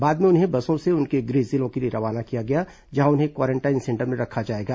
बाद में उन्हें बसों से उनके गृह जिलों के लिए रवाना किया गया जहां उन्हें क्वारेंटाइन सेंटर में रखा जाएगा